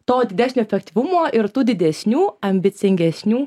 to didesnio efektyvumo ir tų didesnių ambicingesni